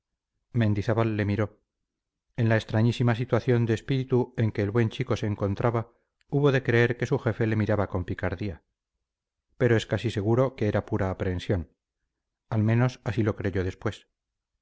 mendizábal le miró en la extrañísima situación de espíritu en que el buen chico se encontraba hubo de creer que su jefe le miraba con picardía pero es casi seguro que era pura aprensión al menos así lo creyó después